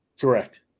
correct